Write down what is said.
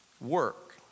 work